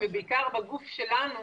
ובעיקר בגוף שלנו.